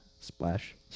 splash